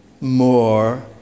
more